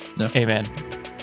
Amen